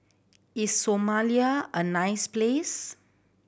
is Somalia a nice place